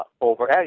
over